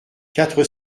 quatre